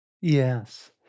Yes